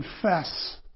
confess